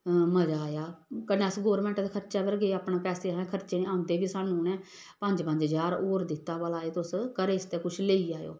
मजा आया कन्नै अस गौरमेंट दे खर्चा पर गे अपने पैसे अस खर्चे औंदे बी सानूं उ'नें पंज पंज ज्हार होर दित्ता भला एह् तुस घरै आस्तै कुछ लेई जाएओ